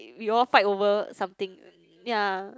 you all fight over something yea